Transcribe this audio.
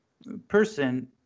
Person